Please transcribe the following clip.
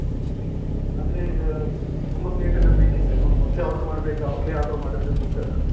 okay ಅಂದರೆ ಈಗ ತುಂಬ ಪ್ಲೇಟೆಲ್ಲ ಬೇಕಿದ್ದರೆ ಮೊದಲೇ ಆರ್ಡ್ರ್ ಮಾಡಬೇಕ ಅವಾಗಲೇ ಆರ್ಡ್ರ್ ಮಾಡಿದರೆ ಸಿಕ್ತದಾ